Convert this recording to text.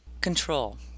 Control